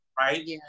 right